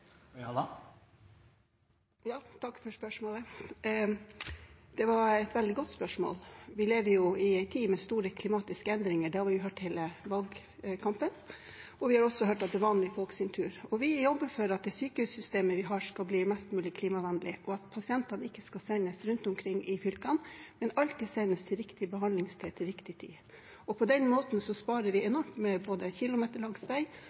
Takk for spørsmålet, som er veldig godt. Vi lever i en tid med store klimatiske endringer. Det hørte vi gjennom hele valgkampen. Vi hørte også at det er vanlige folks tur. Vi jobber for at det sykehussystemet vi har, skal bli mest mulig klimavennlig, og at pasientene ikke skal sendes rundt omkring i fylkene, men alltid sendes til riktig behandlingssted til riktig tid. På den måten sparer vi både enormt med kilometer med transport på vei